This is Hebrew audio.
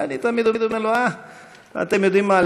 ואני תמיד אומר: אתם יודעים מה?